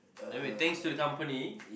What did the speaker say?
anyway thanks for your company